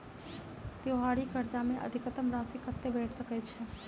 त्योहारी कर्जा मे अधिकतम राशि कत्ते भेट सकय छई?